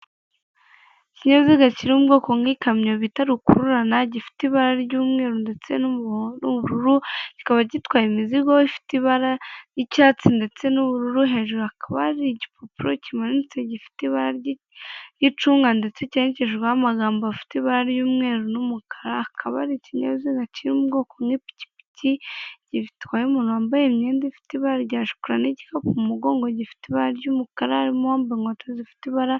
Ikinyabiziga kiri mu bwoko nk'ikamyo bita rukururana gifite ibara ry'umweru ndetse n'umubururu kikaba gitwaye imizigo ifite ibara ry'icyatsi ndetse n'ubururu, hejuru hakaba hari igipapuro kimanitse gifite ibara ry'icunga ndetse cyandikishijweho amagambo afite ibara ry'umweru n'umukara, hakaba hari ikinyabiziga kiri mu bwoko bw'ipikipiki gitwaye umuntu wambaye imyenda ifite ibara rya shokora n'igikapu ku mugongo gifite ibara ry'umukara n'uwambaye inkweto zifite ibara.